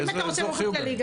אם אתה רוצה באופן כללי,